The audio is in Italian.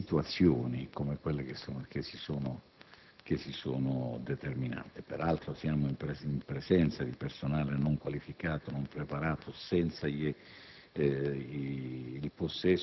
impianti e situazioni come quelle che si sono determinate. Peraltro, siamo in presenza di personale non qualificato, non preparato, senza il